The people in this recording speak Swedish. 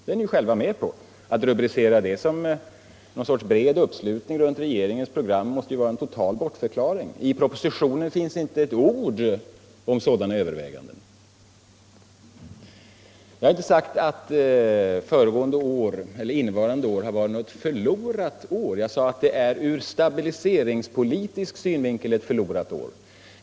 Det är ni själva med på. Att rubricera det som någon sorts bred uppslutning runt regeringens program måste ju vara en total bortförklaring. I propositionen finns inte ett ord om sådana överväganden. Jag har inte sagt att innevarande år har varit något förlorat år. Jag sade att det är ur stabiliseringspolitisk synvinkel ett förlorat år.